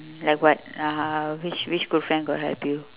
like what uh which which good friend got help you